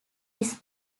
his